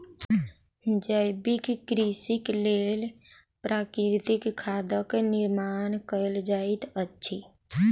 जैविक कृषिक लेल प्राकृतिक खादक निर्माण कयल जाइत अछि